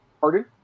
Pardon